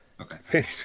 Okay